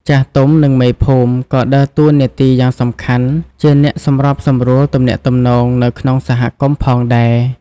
ចាស់ទុំ និងមេភូមិក៏ដើរតួនាទីយ៉ាងសំខាន់ជាអ្នកសម្របសម្រួលទំនាក់ទំនងនៅក្នុងសហគមន៍ផងដែរ។